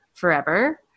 Forever